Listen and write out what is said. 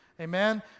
Amen